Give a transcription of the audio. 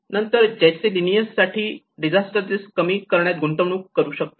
नंतर जैसी लियनस साठी डिझास्टर रिस्क कमी करण्यात गुंतवणूक करू शकतो